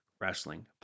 wrestling